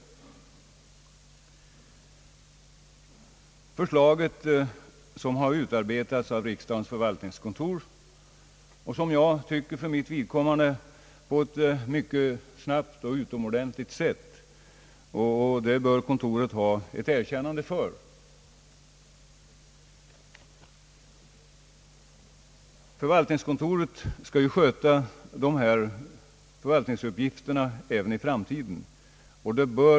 Förslaget har utarbetats av riksdagens förvaltningskontor, och som jag tycker på ett snabbt och utomordentligt sätt — det bör kontoret ha ett erkännande för!